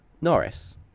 Norris